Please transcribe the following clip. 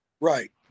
Right